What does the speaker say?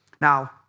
Now